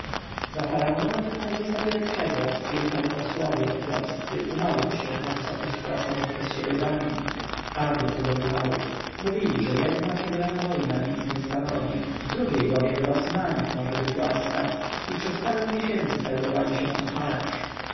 za faraona tutmozisa i przyjechali posłowie etjopscy umawiać się o wysokość płaconych przez siebie danin hardy to był naród mówili że jedna przegrana wojna nic nie stanowi w drugiej bowiem los na nich może być łaskaw i przez parę miesięcy targowali się